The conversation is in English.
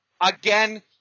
again